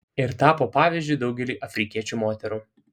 ir tapo pavyzdžiu daugeliui afrikiečių moterų